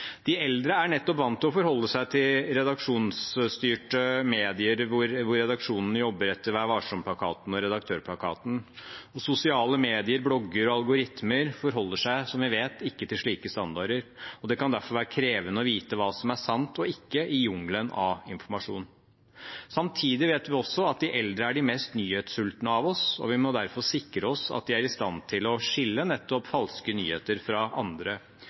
De eldre er vant til nettopp å forholde seg til redaksjonsstyrte medier, der redaksjonen jobber etter Vær Varsom-plakaten og Redaktørplakaten. Sosiale medier, blogger og algoritmer forholder seg, som vi vet, ikke til slike standarder, og det kan derfor være krevende å vite hva som er sant og ikke i jungelen av informasjon. Samtidig vet vi også at de eldre er de mest nyhetssultne av oss, og vi må derfor sikre oss at de er i stand til å skille falske nyheter fra andre.